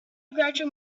gradual